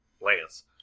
Lance